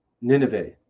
Nineveh